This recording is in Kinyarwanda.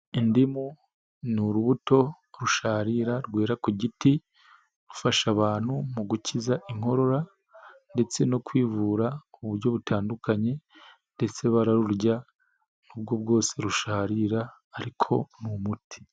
Indimu ni urubuto rusharira rwera ku giti, rufasha abantu mu gukiza inkorora ndetse no kwivura mu buryo butandukanye ndetse bararurya nubwo bwose rusharira ariko ni umuti.